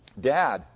Dad